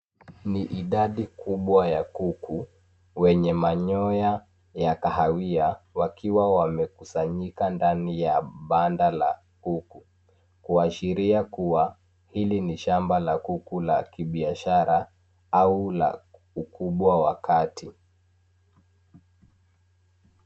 Ni idadi kubwa ya kuku wenye manyoya ya kahawia wakiwa wamekusanyika ndani ya banda la kuku kuashiria kuwa hili ni shamba la kuku la kibiashira au la ukubwa wa kati.